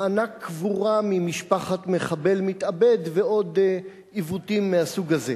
מענק קבורה למשפחת מחבל מתאבד ועוד עיוותים מהסוג הזה.